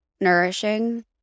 nourishing